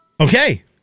Okay